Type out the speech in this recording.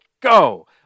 go